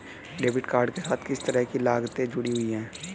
Debit card के साथ किस तरह की लागतें जुड़ी हुई हैं?